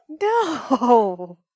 No